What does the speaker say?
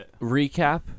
recap